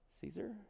Caesar